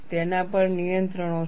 તેના પર નિયંત્રણો છે